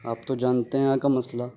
آپ تو جانتے ہیں یہاں کا مسئلہ